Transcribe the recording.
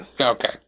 Okay